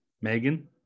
Megan